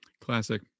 Classic